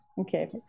Okay